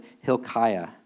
Hilkiah